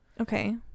Okay